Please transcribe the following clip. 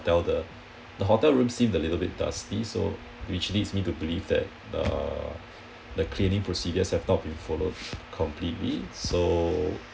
~tel the hotel room seemed a little bit dusty so which leads me to believe that the the cleaning procedures have not being followed completely so